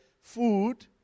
food